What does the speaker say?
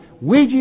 Ouija